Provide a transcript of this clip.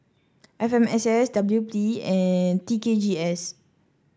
F M S S W P and T K G S